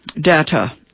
data